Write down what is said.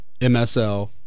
MSL